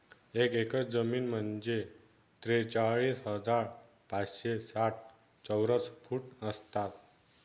एक एकर जमीन म्हणजे त्रेचाळीस हजार पाचशे साठ चौरस फूट असतात